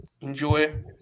enjoy